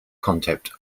concept